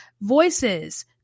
Voices